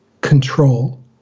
control